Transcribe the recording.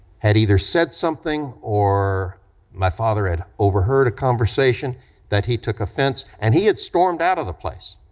had either said something or my father had overheard a conversation that he took offense and he had stormed out of the place,